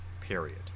period